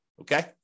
okay